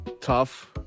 Tough